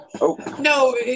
No